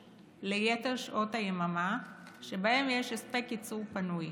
ליתר שעות היממה שבהן ישנו הספק ייצור פנוי.